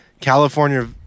California